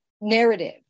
narrative